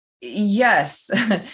Yes